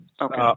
Okay